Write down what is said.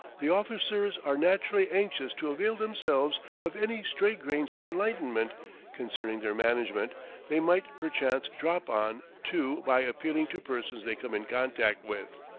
the officers are naturally anxious to avail themselves of any stray grains of enlightenment concerning their management they might perchance drop on to by appealing to persons they come in contact with.